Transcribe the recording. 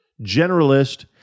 generalist